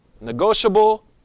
Negotiable